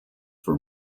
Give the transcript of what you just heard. for